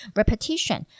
repetition